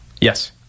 Yes